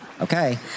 okay